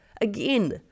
Again